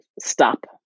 stop